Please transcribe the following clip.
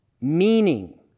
meaning